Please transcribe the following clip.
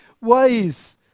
ways